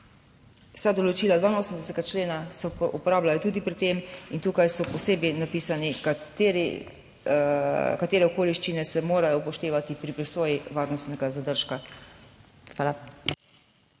vsa določila 82. člena se uporabljajo tudi pri tem in tukaj so posebej napisani, kateri, katere okoliščine se morajo upoštevati pri presoji varnostnega zadržka. Hvala.